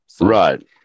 Right